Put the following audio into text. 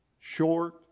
short